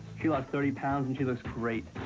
she lost thirty pounds and she looks great.